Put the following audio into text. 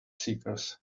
seekers